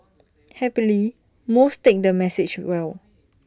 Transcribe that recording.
happily most take the message well